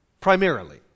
primarily